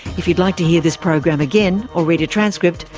if you'd like to hear this program again or read a transcript,